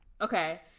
Okay